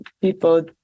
people